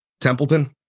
Templeton